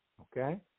okay